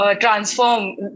Transform